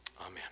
Amen